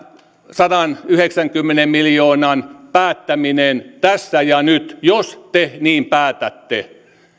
sadanyhdeksänkymmenen miljoonan päättäminen tässä ja nyt jos te niin päätätte